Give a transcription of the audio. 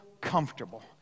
comfortable